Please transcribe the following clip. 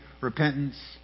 repentance